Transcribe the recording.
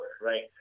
right